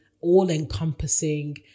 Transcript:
all-encompassing